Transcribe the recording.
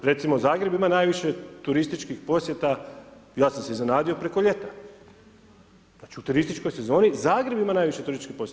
Recimo Zagreb ima najviše turističkih posjeta, ja sam se iznenadio preko ljeta, u turističkoj sezoni, Zagreb ima najviše turističkih posjeta.